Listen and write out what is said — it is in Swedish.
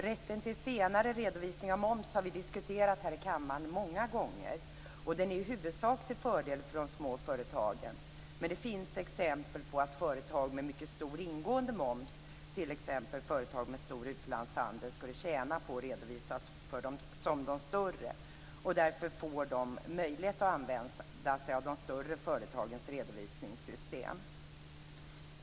Rätten till senare redovisning av moms har vi diskuterat här i kammaren många gånger. Den är i huvudsak till fördel för de små företagen. Men det finns exempel på att företag med mycket stor ingående moms, t.ex. företag med stor utlandshandel, skulle tjäna på att redovisa som de större. Därför får de möjlighet att använda sig av de större företagens redovisningssystem.